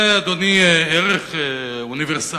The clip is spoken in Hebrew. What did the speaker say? זה, אדוני, ערך אוניברסלי.